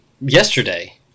yesterday